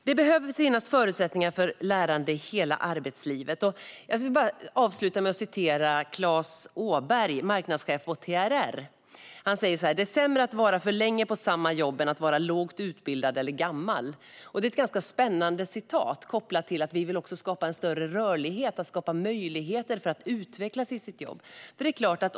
Det behöver finnas förutsättningar för lärande under hela arbetslivet. Jag ska avsluta med att citera Claes Åberg, marknadschef på TRR: Det är sämre att vara för länge på samma jobb än att vara lågt utbildad eller gammal. Det är ett ganska spännande uttalande med tanke på att vi vill skapa en större rörlighet och möjligheter att utvecklas i sitt jobb.